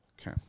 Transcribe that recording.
Okay